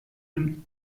him